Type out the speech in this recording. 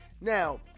Now